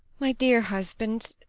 my dear husband,